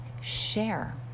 share